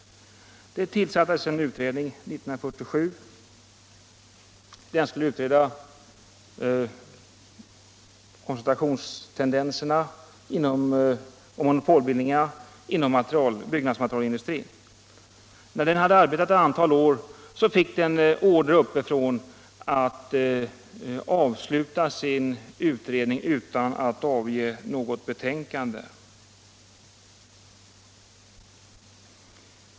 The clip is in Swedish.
Det tillsattes en utredning 1947. Den skulle utreda koncentrationstendenserna och monopolbildningarna inom byggmaterialindustrin. När den hade arbetat ett antal år fick den order uppifrån att avsluta sin utredning utan att avge något betänkande.